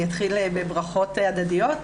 אני אתחיל בברכות הדדיות.